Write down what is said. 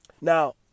Now